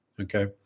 Okay